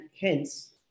hence